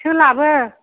सोलाबो